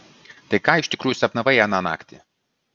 tai ką iš tikrųjų sapnavai aną naktį